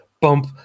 bump